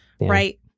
right